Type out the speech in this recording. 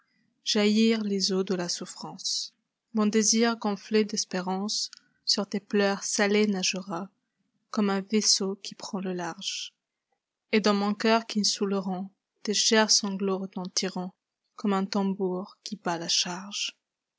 jaillir les eaux de la souffrance mon désir gonflé d'espérancesur tes pleurs salés nagera comme un vaisseau qui prend le large et dans mon cœur qu'ils soûleronttes chers sanglots retentirontcomme un tambour qui bat la charge